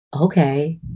Okay